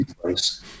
place